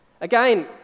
Again